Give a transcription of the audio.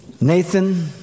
Nathan